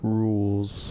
rules